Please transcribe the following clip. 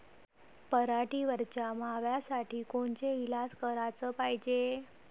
पराटीवरच्या माव्यासाठी कोनचे इलाज कराच पायजे?